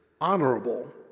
honorable